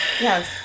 Yes